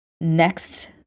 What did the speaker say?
next